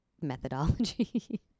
methodology